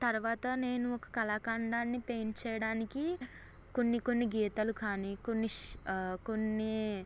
తర్వాత నేను ఒక కళాఖండాన్ని పెయింట్ చేయడానికి కొన్ని కొన్ని గీతాలు కాని కొన్ని ష్ కొన్ని